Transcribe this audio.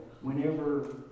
whenever